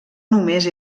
només